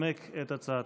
לנמק את הצעתו.